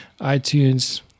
iTunes